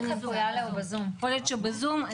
יכול להיות שהוא בזום,